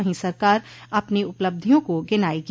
वहीं सरकार अपनी उपलब्धियों को गिनायेगी